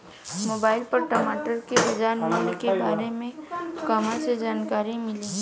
Mobile पर टमाटर के बजार मूल्य के बारे मे कहवा से जानकारी मिली?